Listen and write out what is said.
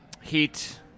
Heat